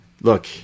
Look